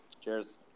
Cheers